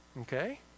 Okay